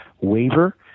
waiver